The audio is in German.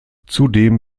zudem